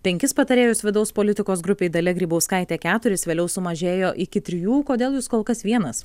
penkis patarėjus vidaus politikos grupėj dalia grybauskaitė keturis vėliau sumažėjo iki trijų kodėl jūs kol kas vienas